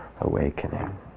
awakening